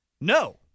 No